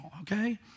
okay